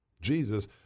Jesus